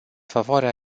favoarea